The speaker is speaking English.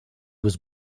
was